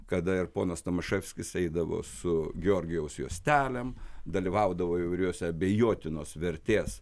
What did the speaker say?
kada ir ponas tomaševskis eidavo su georgijaus juostelėm dalyvaudavo įvairiuose abejotinos vertės